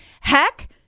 Heck